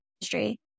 industry